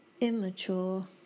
immature